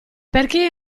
perché